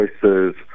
choices